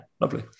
lovely